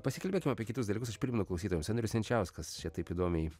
pasikalbėkime apie kitus dalykus aš primenu klausytojams andrius jančiauskas čia taip įdomiai